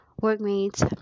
workmates